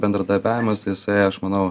bendradarbiavimas jisai aš manau